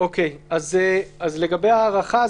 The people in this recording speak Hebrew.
לגבי ההארכה,